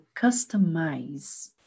customize